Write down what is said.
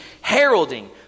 heralding